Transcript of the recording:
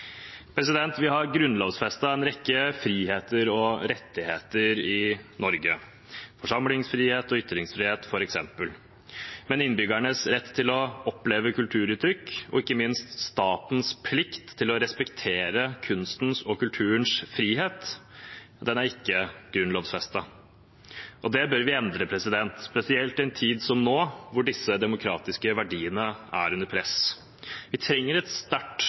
Vi har grunnlovfestet en rekke friheter og rettigheter i Norge, f.eks. forsamlingsfrihet og ytringsfrihet. Men innbyggernes rett til å oppleve kulturtrykk – og ikke minst statens plikt til å respektere kunstens og kulturens frihet – er ikke grunnlovfestet. Det bør vi endre, spesielt i en tid som nå, hvor disse demokratiske verdiene er under press. Vi trenger et sterkt,